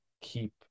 keep